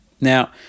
Now